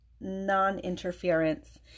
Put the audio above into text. Non-Interference